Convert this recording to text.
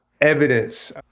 evidence